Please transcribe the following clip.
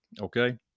Okay